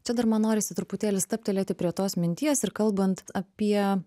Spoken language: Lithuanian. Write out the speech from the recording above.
čia dar man norisi truputėlį stabtelėti prie tos minties ir kalbant apie